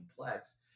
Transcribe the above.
complex